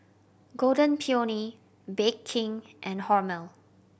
Golden Peony Bake King and Hormel